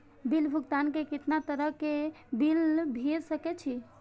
Bill भुगतान में कितना तरह के बिल भेज सके छी?